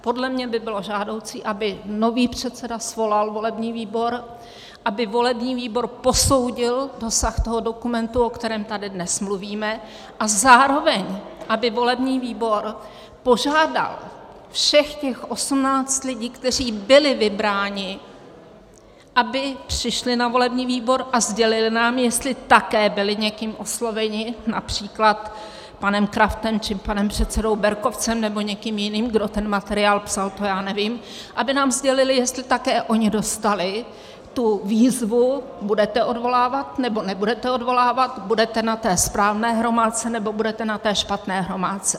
Podle mě by bylo žádoucí, aby nový předseda svolal volební výbor, aby volební výbor posoudil dosah toho dokumentu, o kterém tady dnes mluvíme, a zároveň aby volební výbor požádal všech těch 18 lidí, kteří byli vybráni, aby přišli na volební výbor a sdělili nám, jestli také byli někým osloveni, například panem Kraftem, nebo panem předsedou Berkovcem, nebo někým jiným, kdo ten materiál psal, to já nevím, aby nám sdělili, jestli také oni dostali tu výzvu: budete odvolávat, nebo nebudete odvolávat, budete na té správné hromádce, nebo budete na té špatné hromádce.